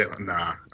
Nah